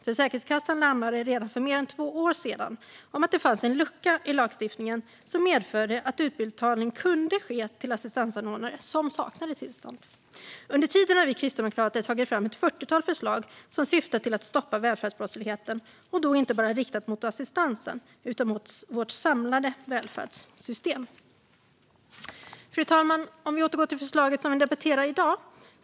Försäkringskassan larmade redan för mer än två år sedan om att det fanns en lucka i lagstiftningen som medförde att utbetalning kunde ske till assistansanordnare som saknade tillstånd. Under tiden har vi kristdemokrater tagit fram ett fyrtiotal förslag som syftar till att stoppa välfärdsbrottsligheten, och då inte bara riktade mot assistansen utan mot våra samlade välfärdssystem. Fru talman! Jag ska återgå till det förslag som vi debatterar i dag.